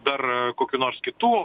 dar kokių nors kitų